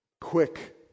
quick